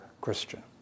Christian